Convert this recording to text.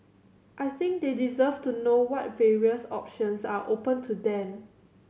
I think they deserve to know what various options are open to them